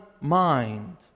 mind